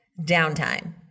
downtime